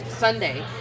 sunday